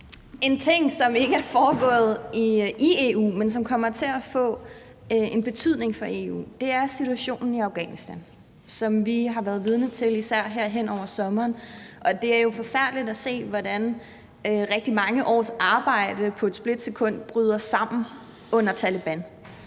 En ting, som ikke er foregået i EU, men som kommer til at få en betydning for EU, er situationen i Afghanistan, som vi har været vidner til, især her hen over sommeren. Det er jo forfærdeligt at se, hvordan rigtig mange års arbejde på et splitsekund bryder sammen under Taleban.